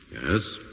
Yes